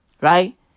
Right